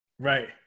right